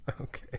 Okay